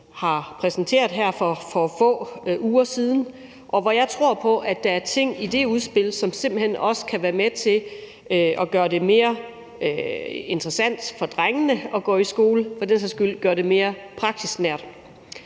har præsenteret her for få uger siden, og hvor jeg simpelt hen også tror der er nogle ting, som kan være med til at gøre det mere interessant for drengene at gå i skole og for den sags skyld også gøre det mere praksisnært.